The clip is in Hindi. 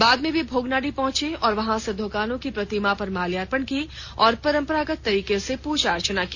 बाद में वे भोगनाडीह पहुंचे और वहां सिदो कान्ह की प्रतिमा पर माल्यार्पण की और परंपरागत तरीके से पूजा अर्चना की